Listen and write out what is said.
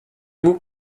vous